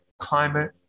climate